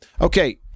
Okay